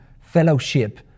fellowship